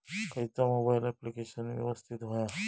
खयचा mobile application यवस्तित होया?